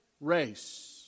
race